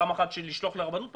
פעם אחת לשלוח אותם לרבנות,